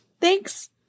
Thanks